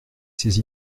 saisi